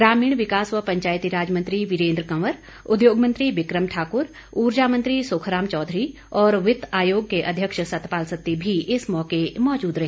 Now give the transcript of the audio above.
ग्रामीण विकास व पंचायतीराज मंत्री वीरेंद्र कंवर उद्योग मंत्री बिक्रम ठाकुर ऊर्जा मंत्री सुखराम चौधरी और वित्त आयोग के अध्यक्ष सतपाल सत्ती भी इस मौके मौजूद रहे